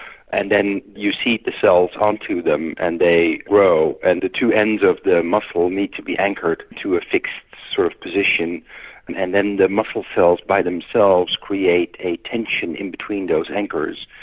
and then you seed the cells onto them and they grow. and the two ends of the muscle needs to be anchored to a fixed sort of position and and then the muscle cells by themselves create a tension in between those anchors,